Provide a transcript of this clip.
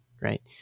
Right